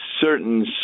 certain